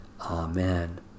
Amen